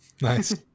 Nice